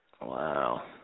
Wow